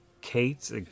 Kate's